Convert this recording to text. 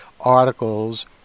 articles